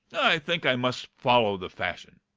i think i must follow the fashion.